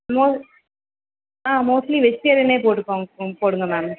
மோ ஆ மோஸ்ட்லி வெஜிட்டேரியனே போட்டுக்கோங்க போடுங்கள் மேம்